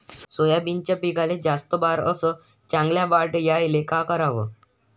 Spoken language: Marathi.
सोयाबीनच्या पिकाले जास्त बार अस चांगल्या वाढ यायले का कराव?